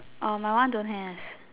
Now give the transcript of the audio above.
err my one don't have